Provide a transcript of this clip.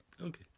okay